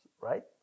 right